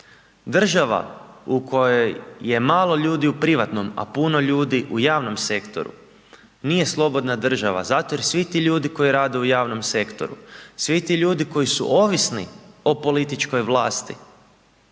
Država u kojoj je malo ljudi u privatnom, a puno ljudi u javnom sektoru nije slobodna država zato jer svi ti ljudi koji rade u javnom sektoru, svi ti ljudi koji su ovisni o političkoj vlasti